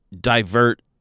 divert